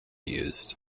used